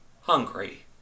hungry